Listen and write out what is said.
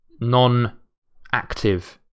non-active